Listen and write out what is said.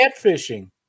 catfishing